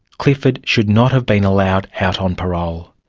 clifford should not have been allowed out on parole.